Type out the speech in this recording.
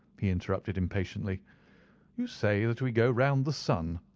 he interrupted impatiently you say that we go round the sun.